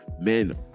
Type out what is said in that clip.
men